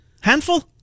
Handful